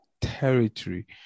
territory